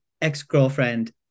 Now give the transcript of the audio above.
ex-girlfriend